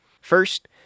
First